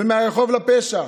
ומהרחוב לפשע.